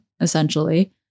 essentially